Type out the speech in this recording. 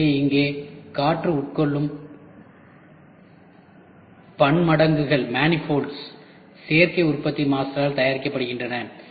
எனவே இங்கே காற்று உட்கொள்ளும் பன்மடங்குகள் சேர்க்கை உற்பத்தி மாஸ்டரால் தயாரிக்கப்படுகின்றன